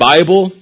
Bible